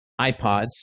iPods